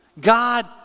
God